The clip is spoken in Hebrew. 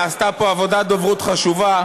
נעשתה פה עבודת דוברות חשובה,